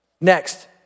Next